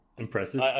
Impressive